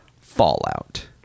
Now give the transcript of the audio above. Fallout